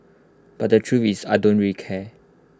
but the truth is I don't really care